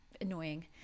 annoying